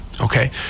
okay